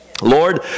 Lord